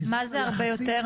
מה זה הרבה יותר?